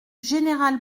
général